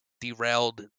derailed